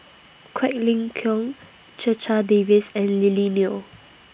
Quek Ling Kiong Checha Davies and Lily Neo